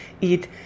eat